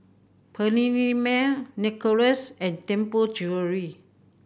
Perllini Mel Narcissus and Tianpo Jewellery